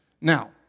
Now